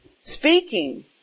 speaking